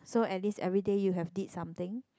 so at least everyday you have did something